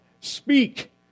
speak